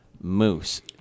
Moose